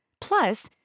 Plus